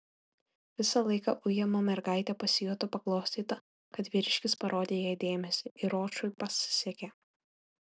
visą laiką ujama mergaitė pasijuto paglostyta kad vyriškis parodė jai dėmesį ir ročui pasisekė